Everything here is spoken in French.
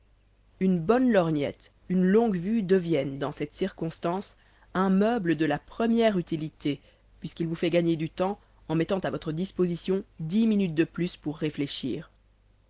une bonne lorgnette une longue vue deviennent dans cette circonstance un meuble de la première utilité puisqu'il vous fait gagner du temps en mettant à votre disposition dix minutes de plus pour réfléchir